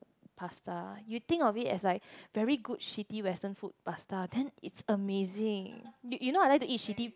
pasta you think of it as like very good shitty western food pasta then it's amazing you you know I like to eat shitty